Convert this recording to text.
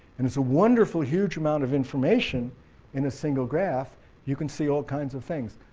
and it's a wonderful huge amount of information in a single graph you can see all kinds of things.